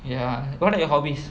ya what are your hobbies